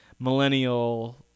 millennial